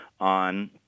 On